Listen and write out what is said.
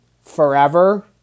Forever